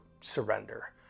surrender